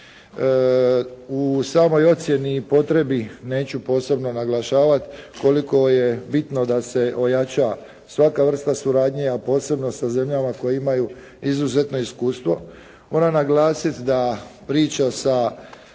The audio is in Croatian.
U samoj ocjeni i potrebi neću posebno naglašavat koliko je bitno da se ojača svaka vrsta suradnje, a posebno sa zemljama koje imaju izuzetno iskustvo. Moram naglasiti da priča sa